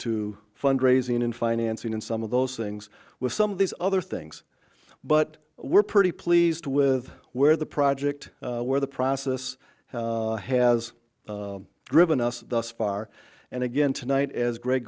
to fund raising and financing and some of those things with some of these other things but we're pretty pleased with where the project where the process has driven us thus far and again tonight as greg